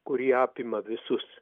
kuri apima visus